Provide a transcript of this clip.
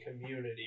community